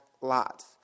lots